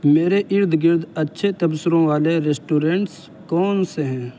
میرے ارد گرد اچھے تبصروں والے ریسٹورنٹس کون سے ہیں